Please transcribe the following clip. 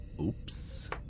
Oops